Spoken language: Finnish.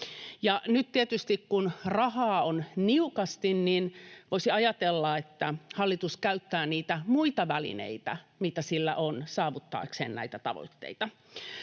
Nyt tietysti, kun rahaa on niukasti, voisi ajatella, että hallitus käyttää niitä muita välineitä, mitä sillä on, saavuttaakseen näitä tavoitteita,